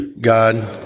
God